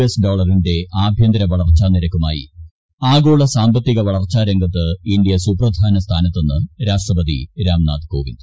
S ഡോളറിന്റെ ആഭ്യന്തര വളർച്ചാ നിരക്കുമായി ആഗോള സാമ്പത്തിക വളർച്ചാ രംഗത്ത് ഇന്ത്യ സുപ്രധാന സ്ഥാനത്തെന്ന് രാഷ്ട്രപതി രാംനാഥ് കോവിന്ദ്